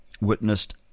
witnessed